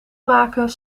maken